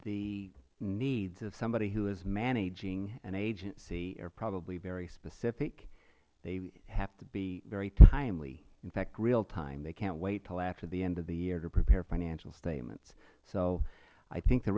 the needs of somebody who is managing an agency are probably very specific they have to be very timely in fact real time they cant wait until after the end of the year to prepare financial statements so i think the